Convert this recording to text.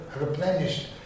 replenished